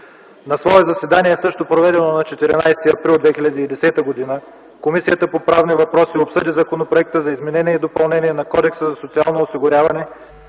„На свое заседание, проведено на 14 април 2010 г., Комисията по правни въпроси обсъди законопроект за изменение и допълнение на Кодекса за социално осигуряване,